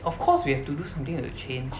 of course we have to do something to have change